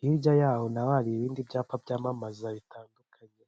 hirya y'aho naho hari ibindi byapa byamamaza bitandukanye.